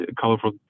colorful